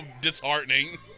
disheartening